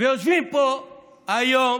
יושבים פה היום,